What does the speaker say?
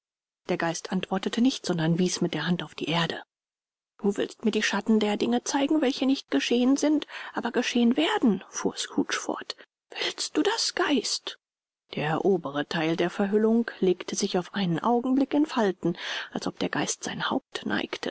der geist antwortete nicht sondern wies mit der hand auf die erde du willst mir die schatten der dinge zeigen welche nicht geschehen sind aber geschehen werden fuhr scrooge fort willst du das geist der obere teil der verhüllung legte sich auf einen augenblick in falten als ob der geist sein haupt